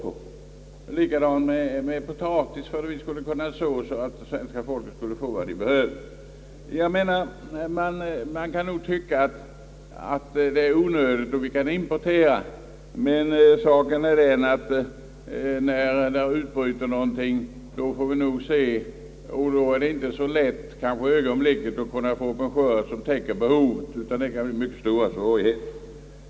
Samma var förhållandet med potatisen, som vi skulle odla så att svenska folket skulle kunna få vad det behövde. Man kan tycka att sådant är onödigt och att vi kan importera. Men saken är den att om ofred utbryter, då får vi nog se att det inte är så lätt att få en skörd som täcker behovet, utan det kan bli mycket stora svårigheter.